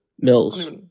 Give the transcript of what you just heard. Mills